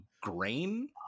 grain